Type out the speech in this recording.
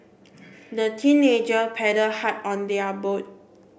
the teenager paddle hard on their boat